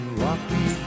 rocky